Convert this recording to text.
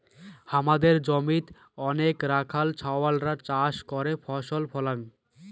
হামাদের জমিতে অনেইক রাখাল ছাওয়ালরা চাষ করে ফসল ফলাং